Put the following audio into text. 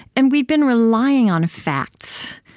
and we've been relying on facts,